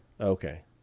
okay